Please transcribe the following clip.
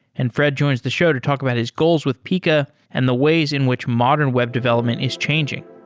and fred joins the show to talk about his goals with pika and the ways in which modern web development is changing.